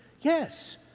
Yes